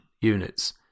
units